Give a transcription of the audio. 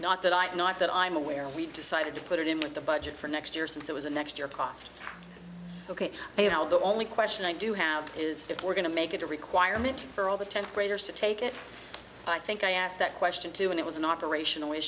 not that i'm not that i'm aware we decided to put it in the budget for next year since it was a next year cost ok now the only question i do have is if we're going to make it a requirement for all the tenth graders to take it i think i asked that question too and it was an operation